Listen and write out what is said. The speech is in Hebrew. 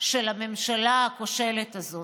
של הממשלה הכושלת הזאת,